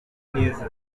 neza